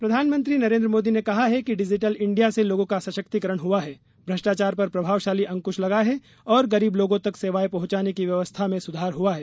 digital India प्रधानमंत्री नरेन्द्र मोदी ने कहा है कि डिजिटल इंडिया से लोगों का सशक्तिकरण हुआ है भ्रष्टाचार पर प्रभावशाली अंकुश लगा है और गरीब लोगों तक सेवाएं पहुंचाने की व्यवस्था में सुधार हुआ है